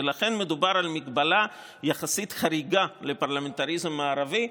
ולכן מדובר על מגבלה חריגה יחסית לפרלמנטריזם מערבי.